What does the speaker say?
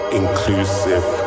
inclusive